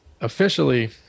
officially